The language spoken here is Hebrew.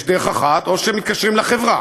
יש דרך אחת, או שמתקשרים לחברה.